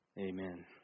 Amen